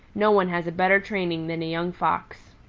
no one has a better training than a young fox.